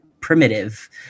primitive